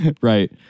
right